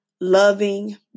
loving